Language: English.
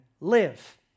live